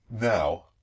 now